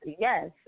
Yes